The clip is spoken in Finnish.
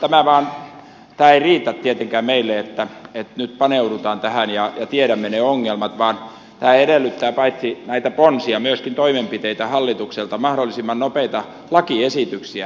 tämä ei riitä tietenkään meille että nyt paneudutaan tähän ja tiedämme ne ongelmat vaan tämä edellyttää paitsi näitä ponsia myöskin toimenpiteitä hallitukselta mahdollisimman nopeita lakiesityksiä